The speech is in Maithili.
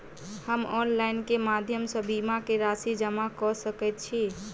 हम ऑनलाइन केँ माध्यम सँ बीमा केँ राशि जमा कऽ सकैत छी?